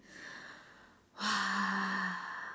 !wah!